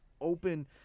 open